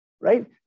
right